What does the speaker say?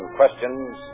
questions